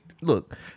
look